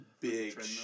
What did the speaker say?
big